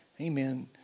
Amen